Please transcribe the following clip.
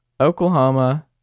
oklahoma